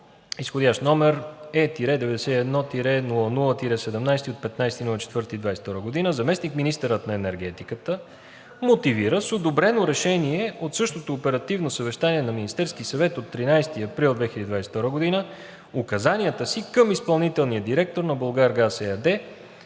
изх. № Е-91-00-17 от 15 април 2022 г., заместник-министърът на енергетиката мотивира с одобрено решение от същото оперативно съвещание на Министерския съвет от 13 април 2022 г., указанията си към изпълнителния директор на „Булгаргаз“ ЕАД